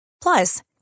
Plus